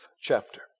chapter